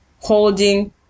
holding